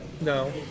No